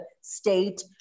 state